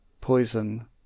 poison